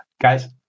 Guys